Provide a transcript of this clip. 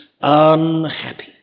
unhappy